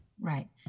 Right